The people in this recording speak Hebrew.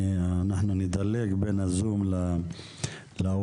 אנחנו נדלג בין הזום לאולם.